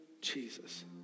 Jesus